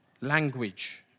Language